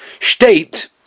State